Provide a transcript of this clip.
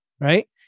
right